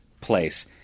place